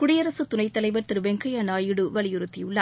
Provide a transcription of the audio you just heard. குடியரசு துணைத்தலைவர் திரு வெங்கையா நாயுடு வலியுறுத்தியுள்ளார்